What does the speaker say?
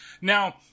Now